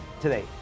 today